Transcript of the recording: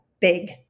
big